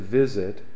visit